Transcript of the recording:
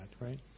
right